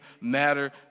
matter